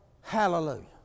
hallelujah